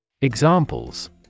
Examples